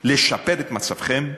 לשפר את מצבכם,